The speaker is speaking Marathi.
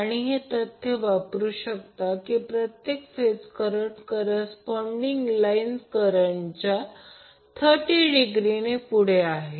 आणि हे तथ्य वापरू शकता की प्रत्येक फेज करंट करस्पोंल्डिंग लाईन करंटच्या 30 डिग्रीने पुढे आहे